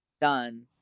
done